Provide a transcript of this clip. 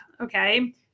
Okay